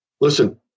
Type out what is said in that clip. listen